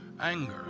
anger